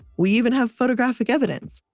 we even have photographic evidence.